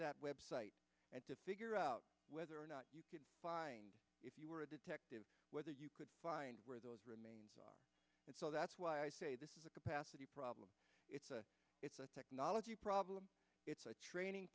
that website and to figure out whether or not buying if you were a detective whether you could find where those remains are and so that's why i say this is a capacity problem it's a it's a technology problem it's a training